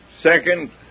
Second